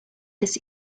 des